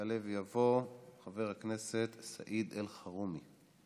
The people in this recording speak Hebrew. יעלה ויבוא חבר הכנסת סעיד אלחרומי.